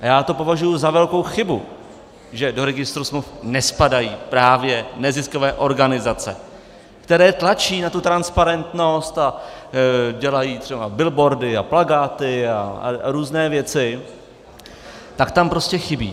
A já to považuji za velkou chybu, že do registru smluv nespadají právě neziskové organizace, které tlačí na transparentnost, dělají třeba billboardy, plakáty a různé věci, tak tam prostě chybí.